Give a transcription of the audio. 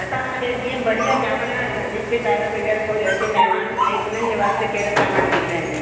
असांखे जीअं बढ़िया चांवर रिश्तेदार वगै़रह कोई अचे महिमान सही उन्हनि जे वास्ते कहिड़ा चांवर ठीकु रहंदो